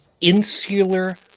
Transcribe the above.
insular